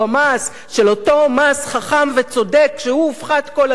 של אותו מס חכם וצודק שהופחת כל הזמן,